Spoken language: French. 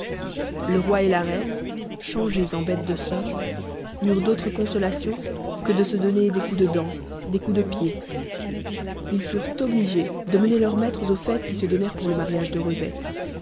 le roi et la reine changés en bêtes de somme n'eurent d'autre consolation que de se donner des coups de dents des coups de pied ils furent obligés de mener leurs maîtres aux fêtes qui se donnèrent pour le mariage de rosette